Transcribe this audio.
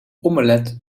omelet